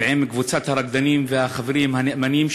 ועם קבוצת הרקדנים והחברים הנאמנים,